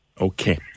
Okay